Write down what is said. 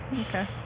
Okay